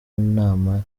inama